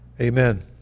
Amen